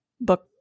book